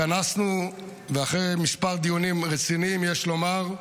התכנסנו, ואחרי מספר דיונים רציניים יש לומר,